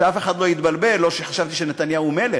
שאף אחד לא יתבלבל, לא שחשבתי שנתניהו הוא מלך,